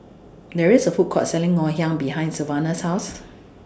There IS A Food Court Selling Ngoh Hiang behind Sylvanus' housed